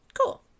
Cool